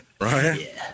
Right